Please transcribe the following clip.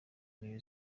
new